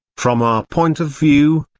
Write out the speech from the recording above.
from our point of view,